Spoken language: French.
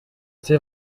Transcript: c’est